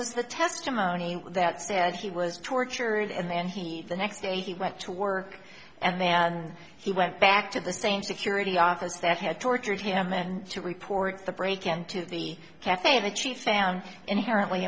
was the testimony that stared he was tortured and then he the next day he went to work and then he went back to the same security office that had tortured him and to report the break into the cafe that she found